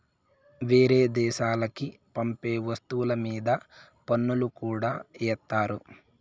వేరే దేశాలకి పంపే వస్తువుల మీద పన్నులు కూడా ఏత్తారు